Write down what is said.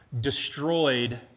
destroyed